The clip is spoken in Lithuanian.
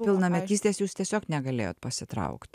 pilnametystės jūs tiesiog negalėjot pasitraukt